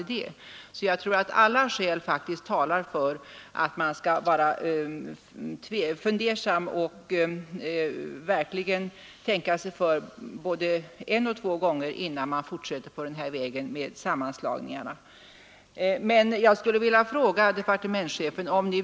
Jag anser däremot att alla skäl faktiskt talar för att man verkligen tänker sig för både en och två gånger innan man fortsätter på den här vägen med sammanslagningar. Jag skulle vilja fråga departementschefen om en sak.